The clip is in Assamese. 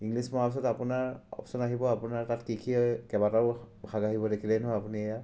ইংলিছ মৰাৰ পিছত আপোনাৰ অপশ্যন আহিব আপোনাৰ তাত কি কি এই কেইবাটাও ভাগ আহিব দেখিলেই নহয় আপুনি এইয়া